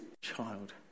child